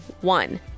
one